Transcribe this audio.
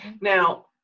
Now